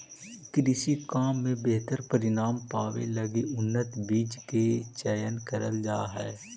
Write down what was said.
कृषि काम में बेहतर परिणाम पावे लगी उन्नत बीज के चयन करल जा हई